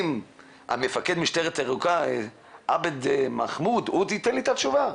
האם מפקד המשטרה הירוקה עבד מחאמיד ייתן לי את התשובה?